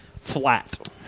Flat